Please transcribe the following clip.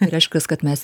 reiškias kad mes